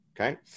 okay